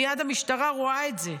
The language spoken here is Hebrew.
מייד המשטרה רואה את זה.